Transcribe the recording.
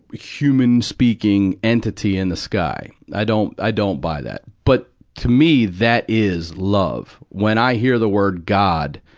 human speaking entity in the sky. i don't, i don't buy that. but to me, that is love. when i hear the word god,